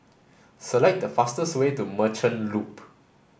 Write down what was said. select the fastest way to Merchant Loop